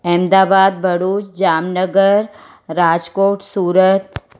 Ahmedabad Bharuch Jamnagar Rajkot Surat